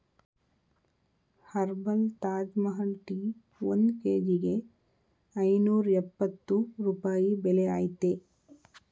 herbal Taj Mahal tea ಒಂದ್ ಕೇಜಿಗೆ ಐನೂರ್ಯಪ್ಪತ್ತು ರೂಪಾಯಿ ಬೆಲೆ ಅಯ್ತೇ